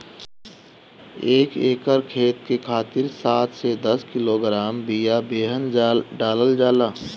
एक एकर खेत के खातिर सात से दस किलोग्राम बिया बेहन डालल जाला?